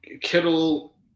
Kittle